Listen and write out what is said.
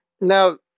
Now